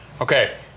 Okay